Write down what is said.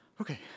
okay